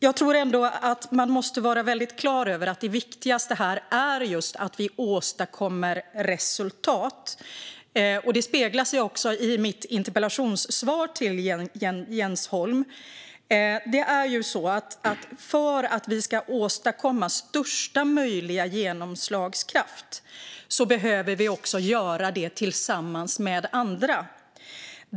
Jag tror ändå att man måste vara väldigt klar över att det viktigaste här är just att vi åstadkommer resultat. Det speglas också i mitt interpellationssvar till Jens Holm. För att vi ska åstadkomma största möjliga genomslagskraft behöver vi också göra det tillsammans med andra.